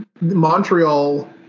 Montreal